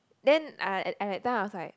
then I I I that time I was like